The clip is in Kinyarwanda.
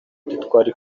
ntitwari